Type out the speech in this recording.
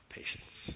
patience